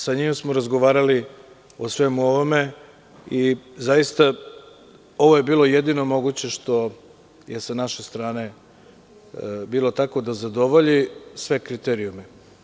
Sa njim smo razgovarali o svemu ovome i zaista ovo je bilo jedino moguće što je sa naše strane bilo tako da zadovolji sve kriterijume.